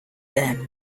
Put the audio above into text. them